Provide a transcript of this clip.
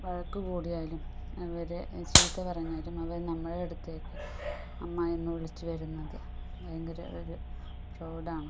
വഴക്ക് കൂടിയാലും അവരെ ചീത്ത പറഞ്ഞാലും അവർ നമ്മുടെ അടുത്തേക്ക് അമ്മ എന്നു വിളിച്ചു വരുന്നത് ഭയങ്കര ഒരു പ്രൗഡാണ്